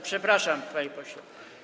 Przepraszam, panie pośle.